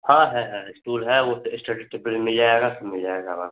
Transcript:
हाँ है है इस्टूल है वह इस्टडी टेबल भी मिल जाएगा सब मिल जाएगा अब आपको